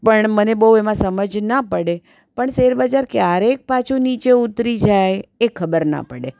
પણ મને બહુ એમાં સમજ ના પડે પણ શેરબજાર ક્યારેક પાછું નીચે ઉતરી જાય એ ખબર ના પડે